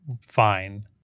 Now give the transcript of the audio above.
fine